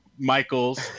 Michaels